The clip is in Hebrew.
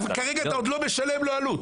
אבל כרגע אתה עוד לא משלם לו עלות.